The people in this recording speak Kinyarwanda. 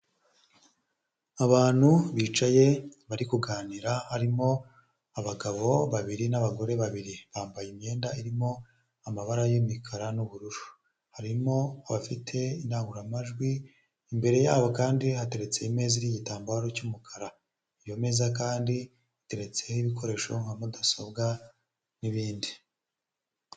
Abantu bicaye bari kuganira; harimo abagabo babiri n'abagore babiri; bambaye imyenda irimo amabara y'umukara n'ubururu; harimo abafite indangurumajwi; imbere yabo kandi hateretse imeza n'igitambaro cy'umukara; ayo meza kandi ateretseho ibikoresho nka mudasobwa n'ibindi